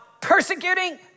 persecuting